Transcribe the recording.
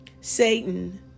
Satan